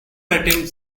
attempts